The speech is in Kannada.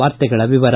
ವಾರ್ತೆಗಳ ವಿವರ